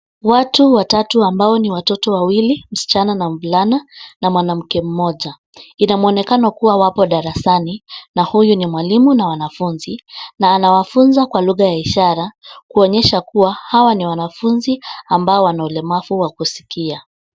Watu watatu ambao ni watoto wawili, msichana na mvulana, na mwanamke mmoja. Inamwonekano kuwa wapo darasani na huyu ni mwalimu na wanafunzi na anawafunza kwa lugha ya ishara kuonyesha kuwa hawa ni wanafunzi ambao wana ulemavu wa kusikia.